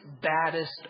baddest